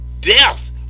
death